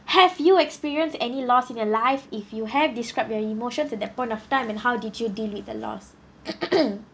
have you experienced any loss in your life if you have described your emotion to that point of time and how did you deal with the loss